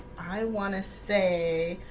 i want to say